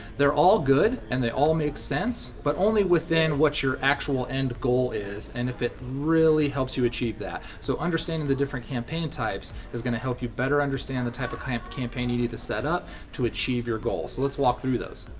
they're all good and they all make sense, but only within what your actual end goal is, and if it really helps you achieve that. so, understanding the different campaign types is gonna help you better understand the type of kind of campaign you need to set up to achieve your goals. let's walk through those.